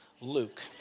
Luke